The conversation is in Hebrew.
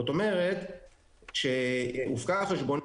זאת אומרת כשהופקה החשבונית